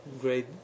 great